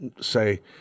say